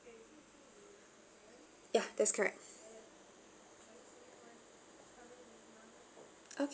yeah that's correct okay